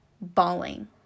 bawling